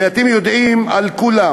ואתם יודעים על כולם.